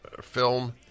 film